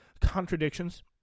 contradictions